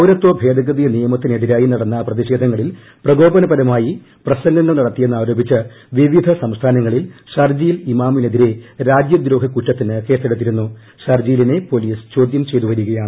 പൌരത്വ ഭേദഗതി നിയമത്തിനെതിരായി നടന്ന പ്രതിഷേധങ്ങളിൽ പ്രകോപനപരമായി പ്രസംഗങ്ങൾ നടത്തിയെന്നാരോപിച്ച് വിവിധ സംസ്ഥാനങ്ങളിൽ ഷർജീൽ ഇമാമിനെതിരെ ഷർജിലിനെ പൊലീസ് ചോദ്യം ചെയ്ത് വരികയാണ്